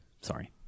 Sorry